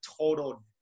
total